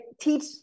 teach